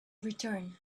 return